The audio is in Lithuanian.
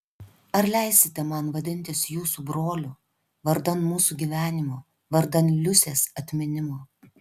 ar leisite man vadintis jūsų broliu vardan mūsų gyvenimo vardan liusės atminimo